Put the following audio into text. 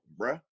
bruh